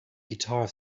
guitar